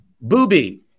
booby